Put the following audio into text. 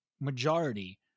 majority